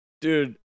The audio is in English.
Dude